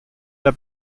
der